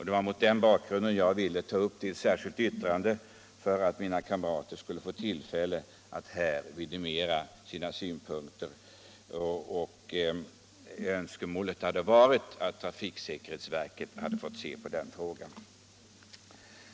Det var mot den bakgrunden jag ville göra ett särskilt yttrande, för att mina kamrater skulle få tillfälle att här verifiera sina synpunkter. Önskemålet hade varit att trafiksäkerhetsverket hade fått se på den frågan.